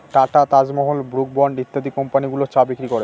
tata, Taj Mahal, Brooke Bond ইত্যাদি company গুলো চা বিক্রি করে